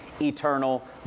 eternal